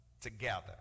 together